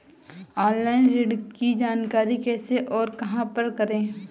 Online ऋण की जानकारी कैसे और कहां पर करें?